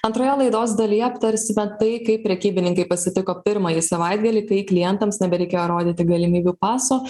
antroje laidos dalyje aptarsime tai kaip prekybininkai pasitiko pirmąjį savaitgalį kai klientams nebereikėjo rodyti galimybių paso